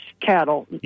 cattle